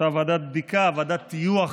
אותה ועדת בדיקה, ועדת טיוח,